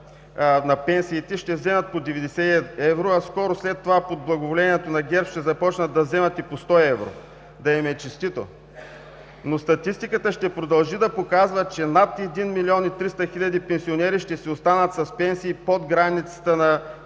на пенсиите ще вземат по 90 евро, а скоро след това под благоволението на ГЕРБ ще започнат да вземат и по 100 евро! Да им е честито! Статистиката обаче ще продължи да показва, че над един милион и триста хиляди пенсионери ще си останат с пенсии под границата на